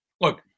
look